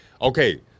okay